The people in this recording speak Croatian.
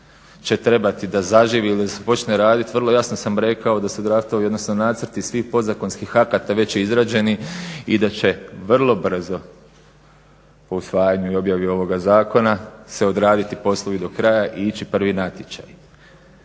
će trebati da zaživi ili da se počne radit, vrlo jasno sam rekao da su draftovi jednostavno nacrti svih podzakonskih akata već izrađeni i da će vrlo brzo po usvajanju i objavi ovoga zakona se odraditi poslovi do kraja i ići prvi natječaji.